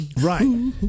Right